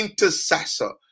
intercessor